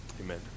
Amen